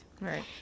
Right